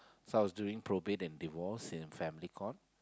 so I was doing probate and divorce in Family Court